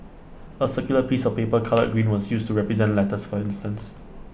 A circular piece of paper coloured green was used to represent lettuce for instance